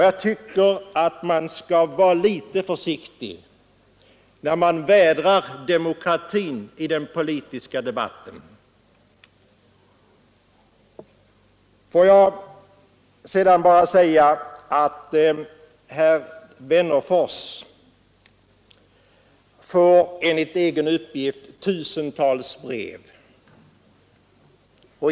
Jag tycker att man skall vara litet försiktig, när man vädrar demokratin i den politiska debatten. Herr Wennerfors får enligt egen uppgift tusentals brev.